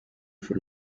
for